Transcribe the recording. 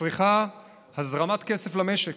שמצריכה הזרמת כסף למשק.